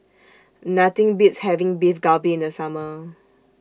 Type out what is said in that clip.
Nothing Beats having Beef Galbi in The Summer